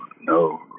no